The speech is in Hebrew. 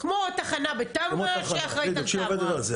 כמו תחנה בטמרה שאחראית על טמרה.